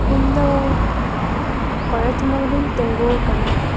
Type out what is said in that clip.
ᱤᱧᱫᱚ ᱠᱚᱞᱮᱡᱽ ᱢᱳᱲ ᱨᱤᱧ ᱛᱤᱸᱜᱩ ᱟᱠᱟᱱᱟ